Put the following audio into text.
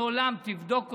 מעולם, תבדוק אותי,